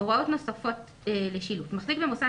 נמשיך בהקראה: "הוראות נוספות לשילוט 6. מחזיק במוסד